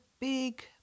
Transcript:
big